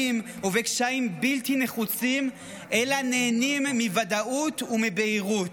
ובקשיים בלתי נחוצים אלא נהנים מוודאות ומבהירות.